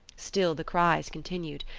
still the cries continued.